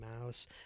Mouse